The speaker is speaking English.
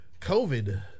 covid